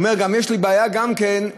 הוא אומר: גם יש לי בעיה עם החשמל,